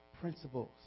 principles